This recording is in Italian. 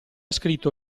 scritto